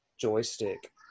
joystick